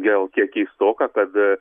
gal kiek keistoka kad